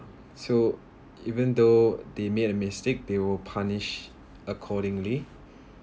so even though they make a mistake they would punish accordingly